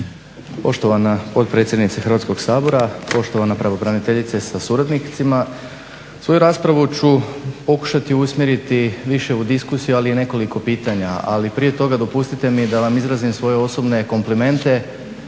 Poštovana potpredsjednice Hrvatskog sabora, poštovana pravobraniteljice sa suradnicima. Svoju raspravu ću pokušati usmjeriti više u diskusiju, ali i nekoliko pitanja. Ali prije toga dopustite mi da vam izrazim svoje osobne komplimente